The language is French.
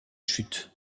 chute